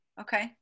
okay